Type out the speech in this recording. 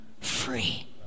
free